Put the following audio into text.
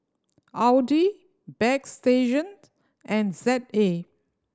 Audi Bagstationz and Z A